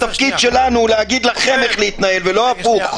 התפקיד שלנו להגיד לכם איך להתנהל ולא הפוך.